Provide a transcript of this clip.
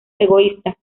egoísta